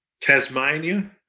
Tasmania